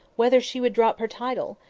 whether she would drop her title?